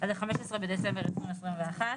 עד ה-15 בדצמבר 2021,